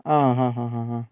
ആ ഹാ ഹാ ഹാ ഹാ